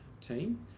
team